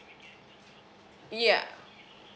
yeah